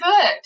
good